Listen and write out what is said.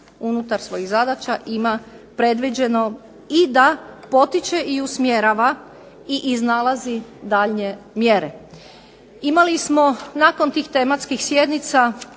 unutar svojih zadaća ima predviđeno i da potiče i usmjeravam i iznalazi daljnje mjere. Imali smo nakon tih tematskih sjednica